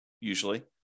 usually